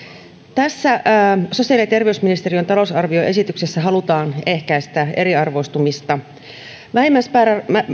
tässä sosiaali ja terveysministeriön talousarvioesityksessä halutaan ehkäistä eriarvoistumista vähimmäismääräisiä